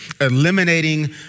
eliminating